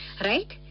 Right